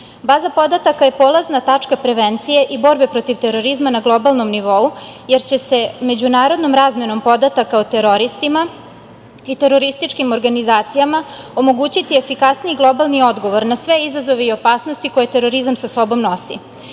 podataka je polazna tačka prevencije i borbe protiv terorizma na globalnom nivou, jer će se međunarodnom razmenom podataka o teroristima i terorističkim organizacijama omogućiti efikasniji globalni odgovor na sve izazove i opasnosti koje terorizam sa sobom